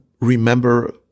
remember